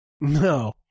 No